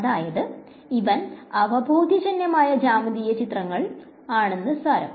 അതായത് ഇവൻ അവബോധജന്യമായ ജ്യാമീതീയ ചിത്രങ്ങൾ ആണെന്ന് സാരം